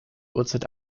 uhrzeit